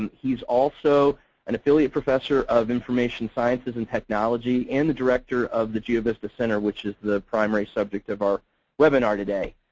he's also an affiliate professor of information sciences and technology, and the director of the geovista center, which is the primary subject of our webinar today.